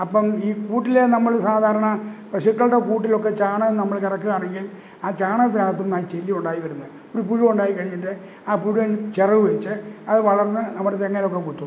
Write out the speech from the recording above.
അപ്പോള് ഈ കൂട്ടില് നമ്മള് സാധാരണ പശുക്കളുടെ കൂട്ടിലൊക്കെ ചാണകം നമ്മള് കിടക്കുകയാണെങ്കിൽ ആ ചാണത്തിനകത്തുനിന്നാണു ചെല്ലിയൊണ്ടായിവരുന്നെ ഒരു പുഴു ഉണ്ടായിക്കഴിഞ്ഞിട്ട് ആ പുഴുവിന് ചിറകുവിരിച്ച് അത് വളര്ന്ന് നമ്മുടെ തെങ്ങേലക്കെ കൊത്തും